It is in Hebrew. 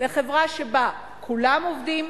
זו חברה שבה כולם עובדים,